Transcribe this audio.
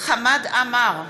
חמד עמאר,